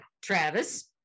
Travis